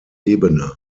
ebene